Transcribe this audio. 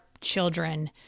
children